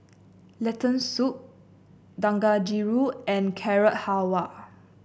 Lentil Soup Dangojiru and Carrot Halwa